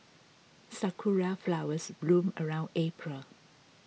sakura flowers bloom around April